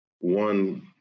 one